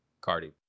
Cardi